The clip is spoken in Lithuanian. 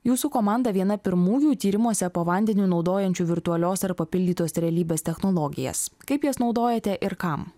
jūsų komanda viena pirmųjų tyrimuose po vandeniu naudojančių virtualios ar papildytos realybės technologijas kaip jas naudojate ir kam